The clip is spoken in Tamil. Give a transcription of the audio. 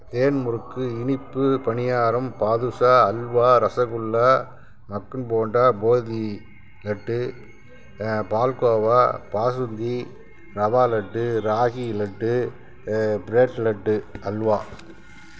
தேன் முறுக்கு இனிப்பு பணியாரம் பாதுஷா அல்வா ரசகுல்லா நக்குன்போண்டா மோதி லட்டு பால்கோவா பாஸுந்தி ரவாலட்டு ராகிலட்டு ப்ரட்லட்டு அல்வா